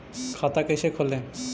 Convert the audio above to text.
खाता कैसे खोले?